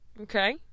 Okay